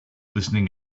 listening